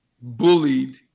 bullied